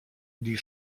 die